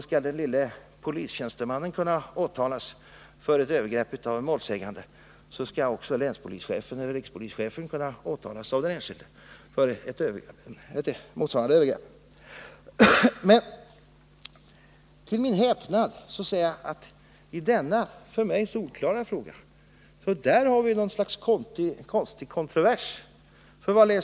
Skall den lille polistjänstemannen kunna åtalas för ett övergrepp, så skall också länspolischefen eller rikspolischefen kunna åtalas av den enskilde för ett motsvarande övergrepp. Till min häpnad finner jag dock att det i denna för mig solklara fråga uppstått något slags konstig kontrovers.